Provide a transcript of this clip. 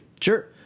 Sure